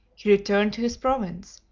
he returned to his province,